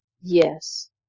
Yes